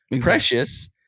Precious